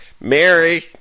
Mary